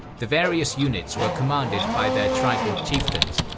the various units were commanded by their tribal chieftains,